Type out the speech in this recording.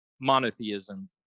monotheism